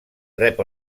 rep